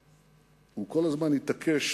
הוא כל הזמן התעקש